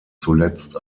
zuletzt